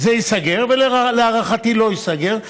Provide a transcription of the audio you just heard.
זה ייסגר, ולהערכתי לא ייסגר.